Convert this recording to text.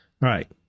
right